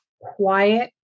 quiet